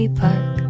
park